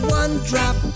one-drop